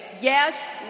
yes